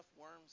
worms